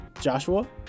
Joshua